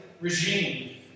regime